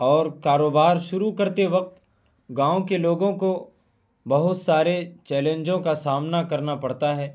اور کاروبار شروع کرتے وقت گاؤں کے لوگوں کو بہت سارے چیلنجوں کا سامنا کرنا پڑتا ہے